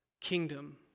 kingdom